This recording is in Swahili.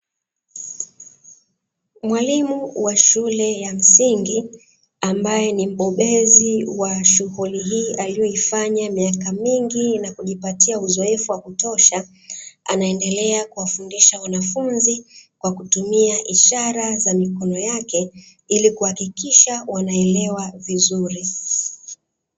Mwalimu wa shule ya msingi ambaye ni mbobezi wa shughuli hii aliyoifanya miaka mingi na kujipatia uzoefu wa kutosha. Anaendelea kuwafundisha wanafunzi kwa kutumia ishara za mikono yake ili kuhakikisha wanaelewa vizuri.